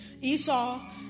Esau